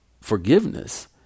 forgiveness